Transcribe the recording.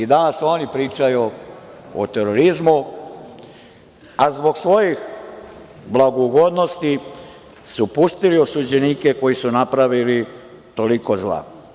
I danas oni pričaju o terorizmu, a zbog svojih blagougodnosti su pustili osuđenike koji su napravili toliko zla.